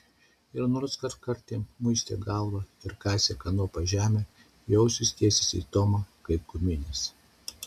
ir nors kartkartėm muistė galvą ir kasė kanopa žemę jo ausys tiesėsi į tomą kaip guminės